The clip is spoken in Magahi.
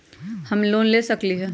हम लोन ले सकील?